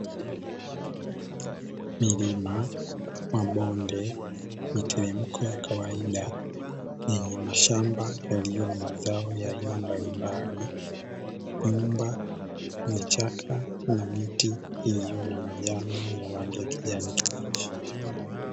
Milima, mabonde, miteremko ya kawaida yenye mashamba yaliyo na mazao ya aina mbalimbali; nyumba, vichaka na miti iliyo na majani ya rangi ya kijani kibichi.